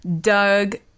Doug